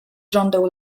żądeł